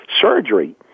surgery